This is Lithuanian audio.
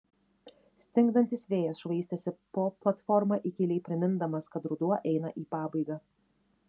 stingdantis vėjas švaistėsi po platformą įkyriai primindamas kad ruduo eina į pabaigą